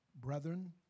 brethren